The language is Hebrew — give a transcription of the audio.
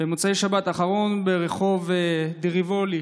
ברחוב ריבולי,